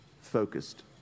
focused